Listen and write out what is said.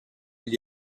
gli